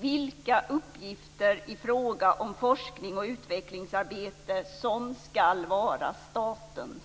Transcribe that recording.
vilka uppgifter i fråga om forskning och utvecklingsarbete som ska vara statens.